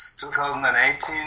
2018